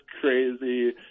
crazy